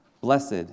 Blessed